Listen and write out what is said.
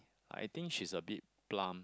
I think she's a bit plump